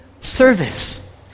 service